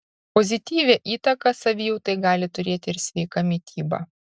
pozityvią įtaką savijautai gali turėti ir sveika mityba